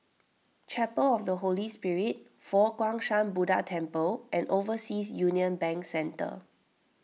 Chapel of the Holy Spirit Fo Guang Shan Buddha Temple and Overseas Union Bank Centre